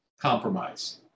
compromise